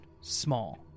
small